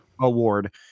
award